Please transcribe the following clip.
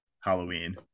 Halloween